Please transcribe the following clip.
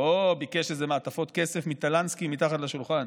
לא ביקש איזה מעטפות כסף מטלנסקי מתחת לשולחן,